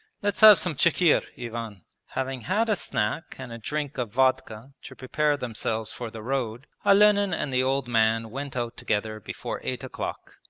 let's have some chikhir, ivan having had a snack and a drink of vodka to prepare themselves for the road, olenin and the old man went out together before eight o'clock.